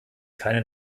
keine